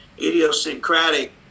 idiosyncratic